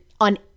on